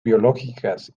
biológicas